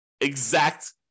exact